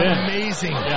amazing